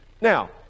Now